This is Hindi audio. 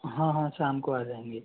हाँ हाँ शाम को आ जाएंगे